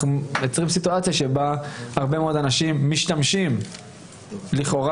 אנחנו יוצרים סיטואציה שהרבה מאוד אנשים משתמשים לכאורה